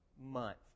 month